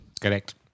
Correct